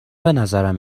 بنظرم